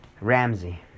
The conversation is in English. Ramsey